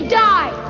die